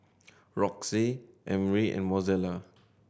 Roxie Emry and Mozella